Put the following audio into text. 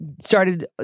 started